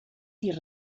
dir